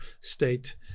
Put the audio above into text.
state